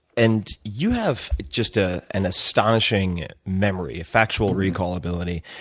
and you have just ah an astonishing memory, a factual recall ability.